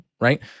right